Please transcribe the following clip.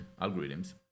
algorithms